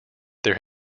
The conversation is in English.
there